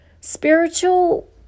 spiritual